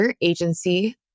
agency